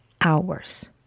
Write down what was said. hours